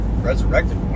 Resurrected